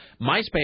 MySpace